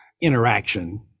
interaction